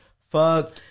Fuck